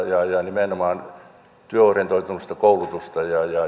nimenomaan työorientoitumiskoulutusta